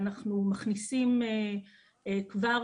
אנחנו מכניסים כבר